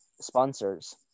sponsors